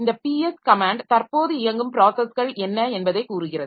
இந்த ps command தற்போது இயங்கும் ப்ராஸஸ்கள் என்ன என்பதை கூறுகிறது